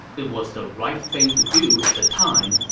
it was the right thing to do at the time.